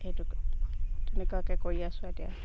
সেইটো তেনেকুৱাকৈ কৰি আছো এতিয়া